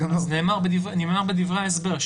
נאמר בדברי ההסבר,